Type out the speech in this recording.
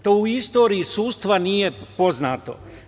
To u istoriji sudstva nije poznato.